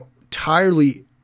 entirely